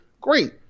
Great